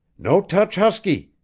no touch huskie!